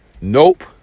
Nope